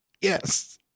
Yes